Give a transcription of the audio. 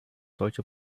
solche